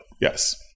Yes